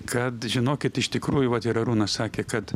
kad žinokit iš tikrųjų vat ir arūnas sakė kad